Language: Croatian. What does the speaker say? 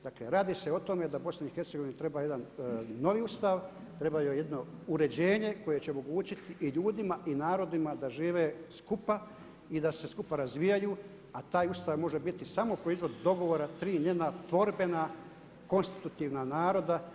Dakle radi se o tome da BiH treba jedan novi ustav, treba joj jedno uređenje koje će omogućiti i ljudima i narodima da žive skupa i da se skupa razvijaju, a taj ustav može biti samo proizvod dogovora tri njena tvorbena konstitutivna naroda.